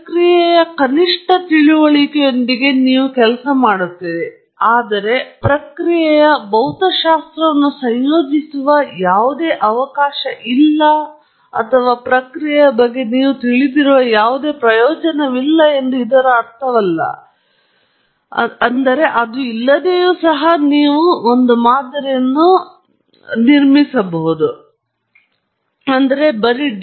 ಪ್ರಕ್ರಿಯೆಯ ಕನಿಷ್ಟ ತಿಳುವಳಿಕೆಯೊಂದಿಗೆ ನೀವು ಕೆಲಸ ಮಾಡುತ್ತೀರಿ ಆದರೆ ಪ್ರಕ್ರಿಯೆಯ ಭೌತಶಾಸ್ತ್ರವನ್ನು ಸಂಯೋಜಿಸುವ ಯಾವುದೇ ಅವಕಾಶ ಇಲ್ಲ ಅಥವಾ ಪ್ರಕ್ರಿಯೆಯ ಬಗ್ಗೆ ನೀವು ತಿಳಿದಿರುವ ಯಾವುದೇ ಪ್ರಯೋಜನವಿಲ್ಲ ಎಂದು ಅರ್ಥವಲ್ಲ ನಿನ್ನಿಂದ ಸಾಧ್ಯ